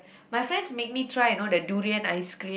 my friends make me try you know the durian ice cream